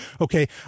Okay